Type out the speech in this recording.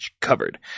covered